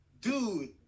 Dude